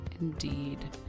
Indeed